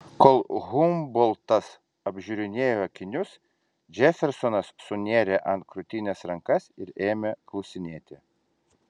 kol humboltas apžiūrinėjo akinius džefersonas sunėrė ant krūtinės rankas ir ėmė klausinėti